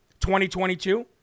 2022